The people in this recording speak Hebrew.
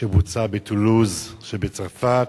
שבוצע בטולוז שבצרפת,